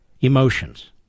Emotions